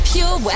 Pure